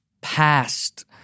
past